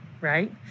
right